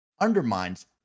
undermines